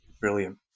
Brilliant